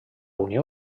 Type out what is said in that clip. unió